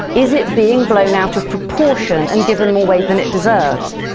is it being blown out of proportion and given more weight than it deserves?